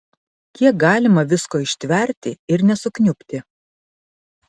kiek galima visko ištverti ir nesukniubti